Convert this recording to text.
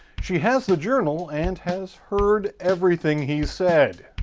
she has the journal and has heard everything he's said.